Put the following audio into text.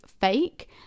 fake